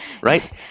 right